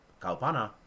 kalpana